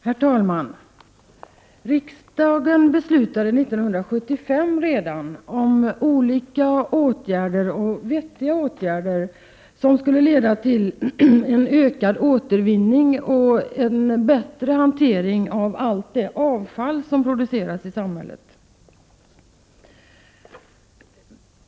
Herr talman! Riksdagen fattade redan 1975 beslut om olika åtgärder — och vettiga åtgärder — som skulle leda till en ökad återvinning och en bättre hantering av allt det avfall som produceras i samhället.